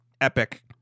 epic